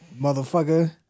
motherfucker